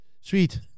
Sweet